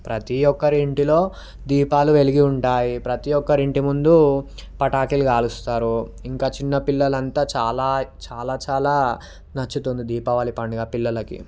ప్రతీ ఒక్కరి ఇంటిలో దీపాలు వెలిగి ఉంటాయి ప్రతి ఒక్కరు ఇంటిముందు పటాకులు కాలుస్తారు ఇంకా చిన్న పిల్లలంతా చాలా చాలా చాలా నచ్చుతుంది దీపావళి పండుగ పిల్లలకి